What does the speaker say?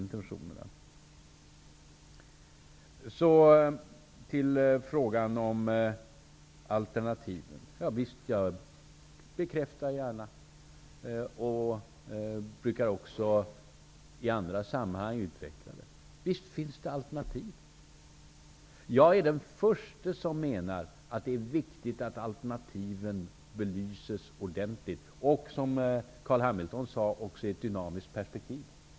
Jag bekräftar gärna att det finns alternativ till EG medlemskap, och jag brukar också i andra sammanhang utveckla det. Visst finns det alternativ. Jag är den förste att mena att det är viktigt att alternativen belyses ordentligt och, som Carl B Hamilton sade, i ett dynamiskt perspektiv.